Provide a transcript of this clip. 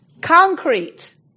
Concrete